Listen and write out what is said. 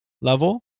level